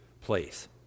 place